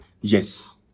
Yes